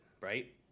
Right